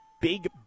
big